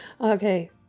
Okay